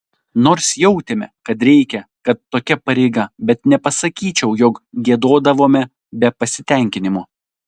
nors jautėme kad reikia kad tokia pareiga bet nepasakyčiau jog giedodavome be pasitenkinimo